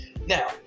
Now